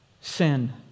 sin